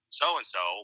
so-and-so